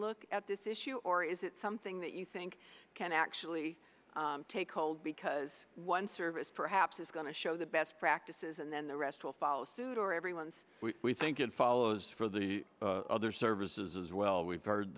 look at this issue or is it something that you think can actually take hold because one service perhaps is going to show the best practices and then the rest will follow suit or everyone's we think it follows for the other services as well we've heard